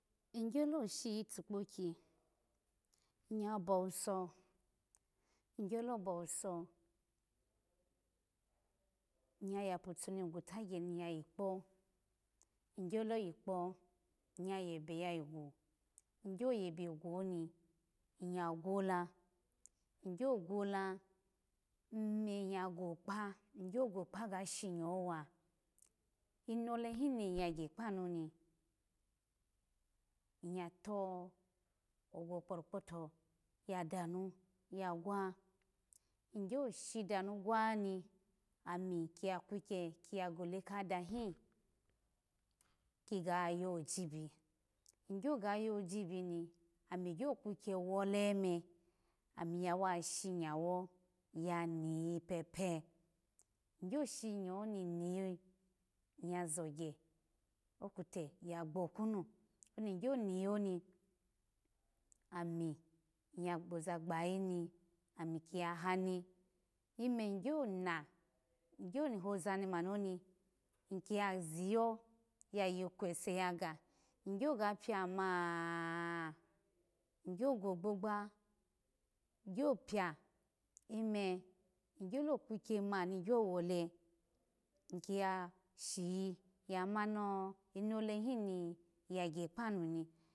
Ny yolo shiyi otukpoki nyya bowuso, ny gyolo bowuso nyya yapatu ni gutu gya ni yayikpo, nygyolo yikpo nyya yebe, yayigu ny gyo ye begu oni nyya gwola ny gya gwola ny me nyya go kpa gyo go kpa ga shinyi wa, inole hin ni yagya kpanu ni nyya togwo kporo kpota ya danu ya gwa, ny gyo shidan gwani ami kiya kukya yaga gole kha dahin ki ga yojibi ny gyo ga yo jibi ni ami gyo kukya wale me ami yawa shinyo ya niyi pepe, ny gyo shinyo ni niyi nyya zo gya okuta ya gboku nu on ny gyo niyi oni ami nyya gboza gbayayi nami kiyahani ime ny gyona ny gyo hoza mani oni ny kiya yiyo ya yiyi kwese yagam ny gyo ga pio ma ny gyo go go gbogba gyo pio ime igyolo kakya mani gyolo wale, ny kiya shiyi ya mani inole yin ni yagya kpami mi